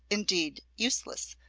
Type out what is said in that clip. indeed useless,